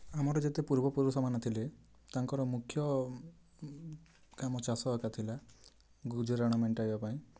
ଆମର ଯେତେ ପୂର୍ବପୁରୁଷ ମାନେ ଥିଲେ ତାଙ୍କର ମୁଖ୍ୟ କାମ ଚାଷ ଏକା ଥିଲା ଗୁଜୁରାଣ ମେଣ୍ଟାଇବା ପାଇଁ